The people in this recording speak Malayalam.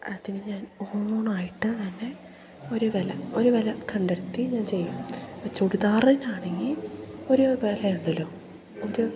അതിന് ഞാൻ ഓണായിട്ട് തന്നെ ഒരു വില ഒരു വില കണ്ടെത്തി ഞാൻ ചെയ്യും ചുടുദാറിനാണെങ്കിൽ ഒരു വില ഉണ്ടല്ലോ ഒരു